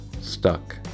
stuck